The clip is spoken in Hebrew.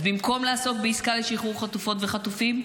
במקום לעסוק בעסקה לשחרור חטופות וחטופים,